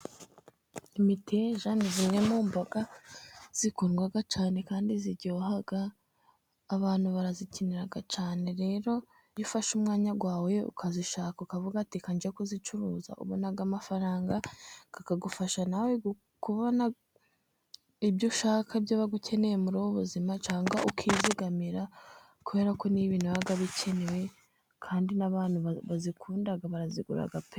Imitija ni zimwe mu mboga zikundwa cyane, kandi ziryoha, abantu barazikenera cyane, rero iyo ufashe umwanya wawe ukayishaka ukavuga uti raka jye kuyicuruza, ubona amafaranga akagufasha nawe kubona ibyo ushaka ibyo uba ukeneye muri ubu buzima cyangwa ukizigamira, kubera ko nibintu biba bikenewe, kandi n'abantu bayikunda barayigura pe.